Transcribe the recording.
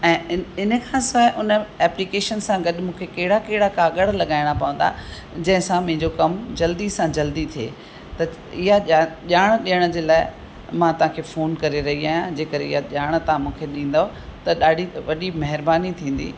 ऐं इन इन खां सवाइ उन एप्लीकेशन सां गॾु मूंखे कहिड़ा कहिड़ा कागर लॻाइणा पवंदा जंहिं सां मुंहिंजो कम जल्दी सां जल्दी थिए त ईअं जा ॼाण ॾियण जे लाइ मां तव्हां खे फ़ोन करे रही आहियां जे करे ईअं ॼाण तव्हां मूंखे ॾींदव त ॾाढी वॾी महिरबानी थींदी